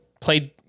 Played